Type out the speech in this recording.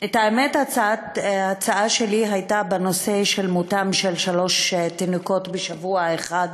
האמת היא שההצעה שלי הייתה בנושא מותם של שלושה תינוקות בשבוע אחד